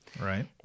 Right